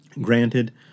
Granted